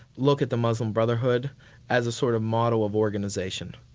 look at the muslim brotherhood as a sort of model of organisation.